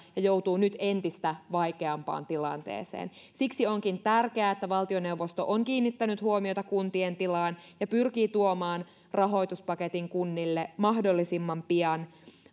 ja joutuu nyt entistä vaikeampaan tilanteeseen siksi onkin tärkeää että valtioneuvosto on kiinnittänyt huomiota kuntien tilaan ja pyrkii tuomaan rahoituspaketin kunnille mahdollisimman pian